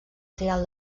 trial